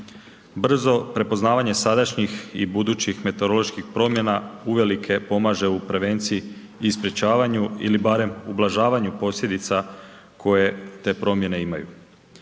Brzo prepoznavanje sadašnjih i budućih meteoroloških promjena uvelike pomaže u prevenciji i sprječavanju ili barem ublažavanju posljedica koje te promjene imaju.